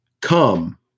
come